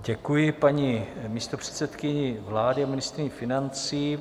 Děkuji paní místopředsedkyni vlády a ministryni financí.